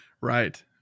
right